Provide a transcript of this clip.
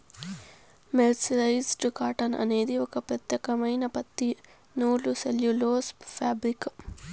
mercerised cotton అనేది ఒక ప్రత్యేకమైన పత్తి నూలు సెల్యులోజ్ ఫాబ్రిక్